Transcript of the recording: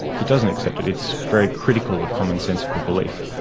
it doesn't accept it, it's very critical of commonsensical belief,